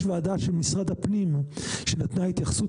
יש ועדה של משרד הפנים שנתנה התייחסות